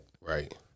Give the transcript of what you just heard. Right